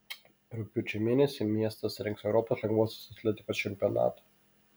rugpjūčio mėnesį miestas rengs europos lengvosios atletikos čempionatą